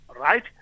right